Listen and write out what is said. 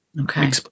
Okay